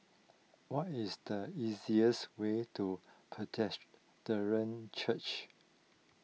what is the easiest way to Church